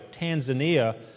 Tanzania